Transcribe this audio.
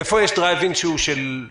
איפה יש דרייב-אין של מכבי?